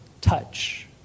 Touch